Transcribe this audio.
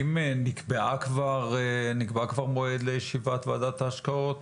האם נקבע כבר מועד לישיבת ועדת ההשקעות?